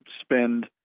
spend